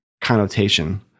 connotation